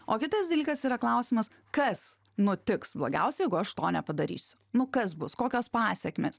o kitas dalykas yra klausimas kas nutiks blogiausia jeigu aš to nepadarysiu nu kas bus kokios pasekmės